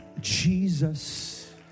Jesus